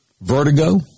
vertigo